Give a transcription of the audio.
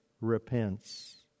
repents